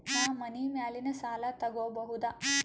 ನಾ ಮನಿ ಮ್ಯಾಲಿನ ಸಾಲ ತಗೋಬಹುದಾ?